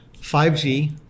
5G